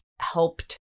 helped